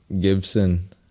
Gibson